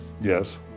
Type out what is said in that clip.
Yes